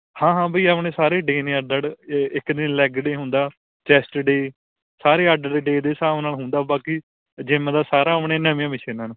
ਹਾਂ ਹਾਂ ਬਾਈ ਆਪਣੇ ਸਾਰੇ ਡੇ ਨੇ ਅੱਡ ਅੱਡ ਇੱਕ ਨੇ ਲੈਗ ਡੇ ਹੁੰਦਾ ਚੈਸਟ ਡੇ ਸਾਰੇ ਅੱਡ ਅੱਡ ਡੇ ਦੇ ਹਿਸਾਬ ਨਾਲ ਹੁੰਦਾ ਬਾਕੀ ਜਿੰਮ ਦਾ ਸਾਰਾ ਆਪਣੀਆਂ ਨਵੀਆਂ ਮਸ਼ੀਨਾਂ ਹਨ